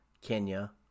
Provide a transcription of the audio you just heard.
Kenya